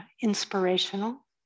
inspirational